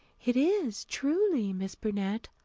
it is, truly, miss burnett.